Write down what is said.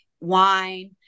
wine